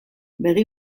begi